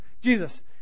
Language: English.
Jesus